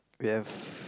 we have